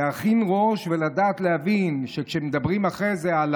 להרכין ראש ולדעת ולהבין שכשמדברים אחרי זה על